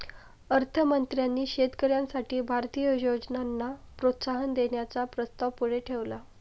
अर्थ मंत्र्यांनी शेतकऱ्यांसाठी भारतीय योजनांना प्रोत्साहन देण्याचा प्रस्ताव पुढे ठेवला